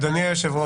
אדוני היושב ראש,